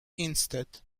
instead